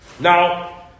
Now